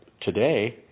today